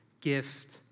gift